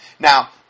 Now